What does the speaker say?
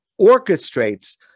orchestrates